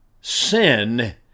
sin